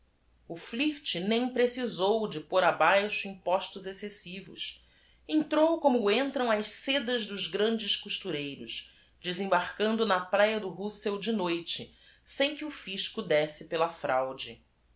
possivel flirt nem precisou de pôr abaixo impostós excessivos entrou como entram as sedas dos grandes costureiros des embarcando na praia do ussell de noite sem que o fisco désse pela fraude